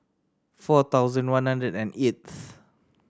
four thousand one hundred and eighth